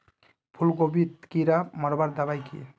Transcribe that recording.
फूलगोभीत कीड़ा मारवार दबाई की?